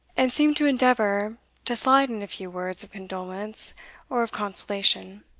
and seemed to endeavour to slide in a few words of condolence or of consolation.